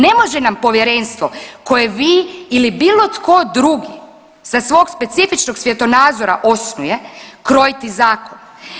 Ne može nam Povjerenstvo koje vi ili bilo tko drugi sa svog specifičnog svjetonazora osnuje krojiti zakon.